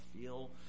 feel